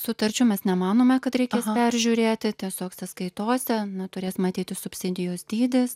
sutarčių mes nemanome kad reikės peržiūrėti tiesiog sąskaitose na turės matytis subsidijos dydis